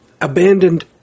abandoned